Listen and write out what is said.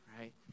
right